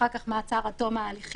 אחר כך מעצר עד תום ההליכים,